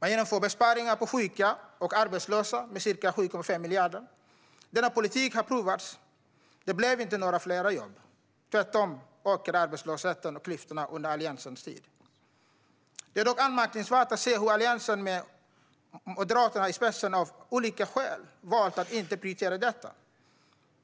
Man genomför besparingar på sjuka och arbetslösa med ca 7,5 miljarder. Denna politik har prövats, och det blev inte några fler jobb. Tvärtom ökade arbetslösheten och klyftorna under Alliansens tid. Det är dock anmärkningsvärt att se hur Alliansen med Moderaterna i spetsen av olika skäl har valt att inte prioritera detta.